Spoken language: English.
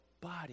body